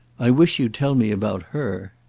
i wish you'd tell me about her.